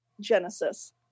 Genesis